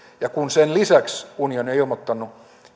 ja kun sen lisäksi unioni on ilmoittanut